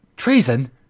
Treason